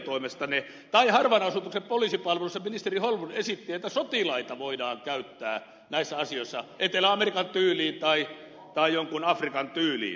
tai harvan asutuksen poliisipalveluissa ministeri holmlund esitti että sotilaita voidaan käyttää näissä asioissa etelä amerikan tyyliin tai jonkun afrikan tyyliin